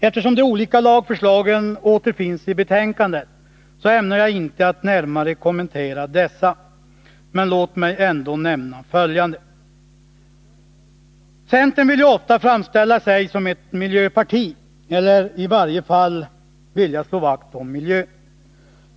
Eftersom de olika lagförslagen återfinns i betänkandet, ämnar jag inte närmare kommentera dessa, men låt mig ändå nämna följande. Centern vill ju ofta framställa sig som ett miljöparti eller säger sig i varje fall vilja slå vakt om miljön.